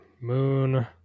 Moon